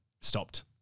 stopped